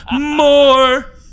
more